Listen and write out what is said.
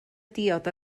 diod